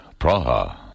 Praha